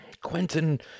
Quentin